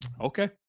Okay